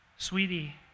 Sweetie